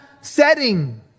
setting